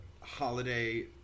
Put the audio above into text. holiday